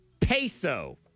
Peso